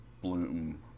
bloom